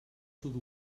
sud